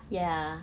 ya